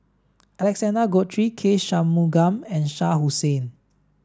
Alexander Guthrie K Shanmugam and Shah Hussain